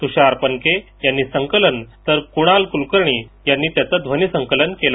तुषार पनके यांनी संकलन तर कुणाल कुलकर्णी यांनी त्याचं ध्वनीसंकलन केलं